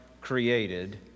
created